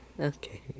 Okay